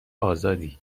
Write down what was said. آزادی